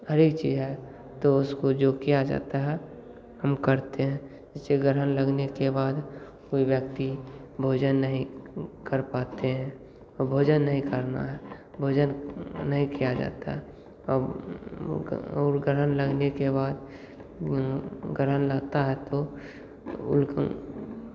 हर एक है तो उसको जो किया जाता है हम करते हैं जैसे ग्रहण लगने के बाद कोई व्यक्ति भोजन नहीं कर पाते हैं तो भोजन नहीं करना है भोजन नहीं किया जाता और और ग्रहण लगने के बाद ग्रहण लगता है तो